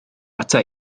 ata